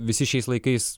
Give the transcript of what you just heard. visi šiais laikais